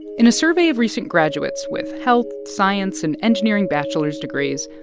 in a survey of recent graduates with health, science and engineering bachelor's degrees,